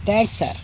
thanks sir